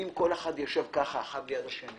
אם כל אחד יישב כך אחד ליד השני